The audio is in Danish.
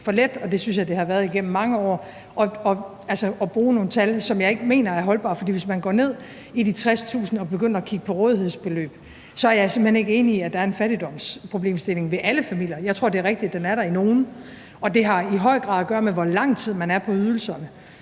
for let, og det synes jeg det har været igennem mange år, at bruge nogle tal, som jeg ikke mener er holdbare. For hvis man går ned i de 60.000 og begynder at kigge på rådighedsbeløb, er jeg simpelt hen ikke enig i, at der er en fattigdomsproblemstilling ved alle familier. Jeg tror, det er rigtigt, at den er der i nogle, og det har i høj grad at gøre med, hvor lang tid man er på ydelserne,